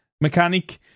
mechanic